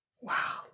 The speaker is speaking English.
wow